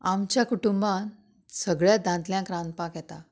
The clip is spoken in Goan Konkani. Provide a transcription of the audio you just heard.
आमच्या कुटुंबांत सगळ्या दादल्यांक रांदपाक येता